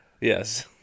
Yes